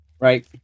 Right